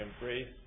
embrace